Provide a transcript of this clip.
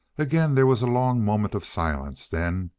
again there was a long moment of silence, then,